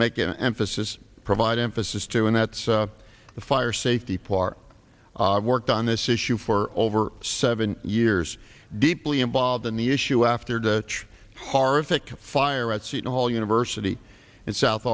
make an emphasis provide emphasis to and that's the fire safety floor worked on this issue for over seven years deeply involved in the issue after the horrific fire at seton hall university in south